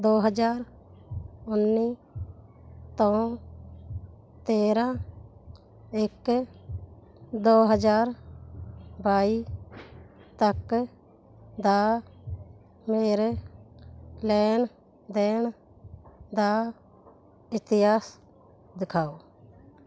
ਦੋ ਹਜ਼ਾਰ ਉੱਨੀ ਤੋਂ ਤੇਰ੍ਹਾਂ ਇੱਕ ਦੋ ਹਜ਼ਾਰ ਬਾਈ ਤੱਕ ਦਾ ਮੇਰੇ ਲੈਣ ਦੇਣ ਦਾ ਇਤਿਹਾਸ ਦਿਖਾਓ